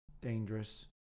dangerous